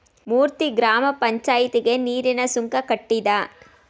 ಮೂರ್ತಿ ಗ್ರಾಮ ಪಂಚಾಯಿತಿಗೆ ನೀರಿನ ಸುಂಕ ಕಟ್ಟಿದ